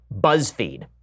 BuzzFeed